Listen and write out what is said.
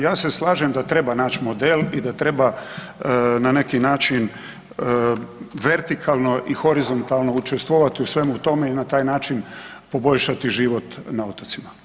Ja se slažem da treba nać model i da treba na neki način vertikalno i horizontalno učestvovat u svemu tome i na taj način poboljšati život na otocima.